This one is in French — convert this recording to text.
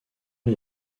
les